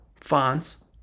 fonts